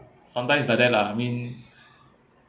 sometimes is like that lah I mean